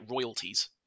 royalties